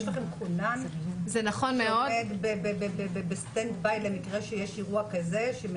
האם יש לכם כונן שעומד בסטנד ביי למקרה שיש אירוע שבו